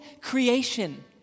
creation